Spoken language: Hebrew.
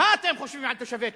מה אתם חושבים על תושבי טייבה?